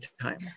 time